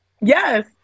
Yes